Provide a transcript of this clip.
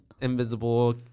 Invisible